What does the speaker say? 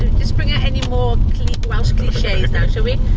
just bring out any more welsh cliches now shall we